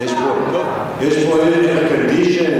יש פה air condition ,